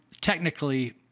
technically